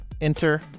Enter